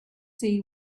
see